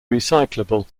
recyclable